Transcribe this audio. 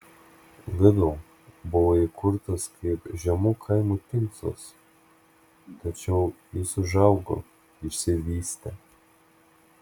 lidl buvo įkurtas kaip žemų kainų tinklas tačiau jis užaugo išsivystė